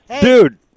Dude